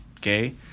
gay